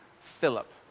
Philip